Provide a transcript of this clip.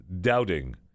doubting